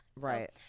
Right